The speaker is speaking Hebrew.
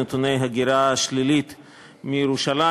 נתוני ההגירה השלילית מירושלים.